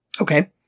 Okay